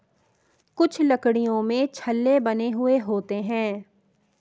कुछ लकड़ियों में छल्ले बने हुए होते हैं